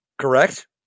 correct